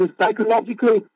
psychological